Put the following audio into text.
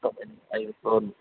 మొత్తం ఎన్ని ఐదు ఫ్లోర్లు